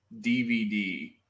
DVD